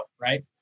right